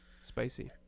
spicy